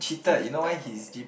gifted